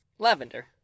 Lavender